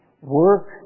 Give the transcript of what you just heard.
work